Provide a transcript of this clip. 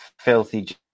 filthy